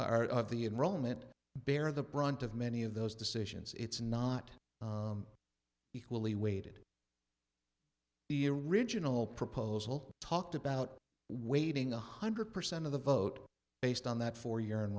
are of the enrollment bear the brunt of many of those decisions it's not equally weighted the original proposal talked about weighting one hundred percent of the vote based on that four year in